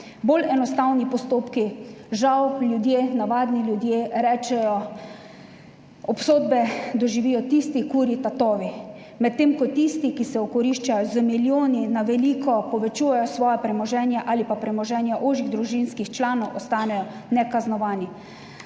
bolj enostavni postopki, žal ljudje, navadni ljudje rečejo, obsodbe doživijo tisti kurji tatovi, medtem ko tisti, ki se okoriščajo z milijoni, na veliko povečujejo svoje premoženje ali pa premoženje ožjih družinskih članov, ostanejo nekaznovani.